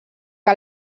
que